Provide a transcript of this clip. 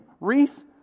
reese